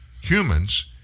humans